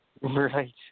Right